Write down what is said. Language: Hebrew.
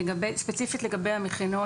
ספציפית לגבי המכינות,